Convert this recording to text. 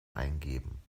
eingeben